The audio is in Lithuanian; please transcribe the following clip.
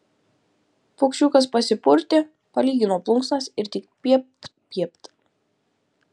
paukščiukas pasipurtė palygino plunksnas ir tik piept piept